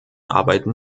arbeiten